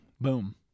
Boom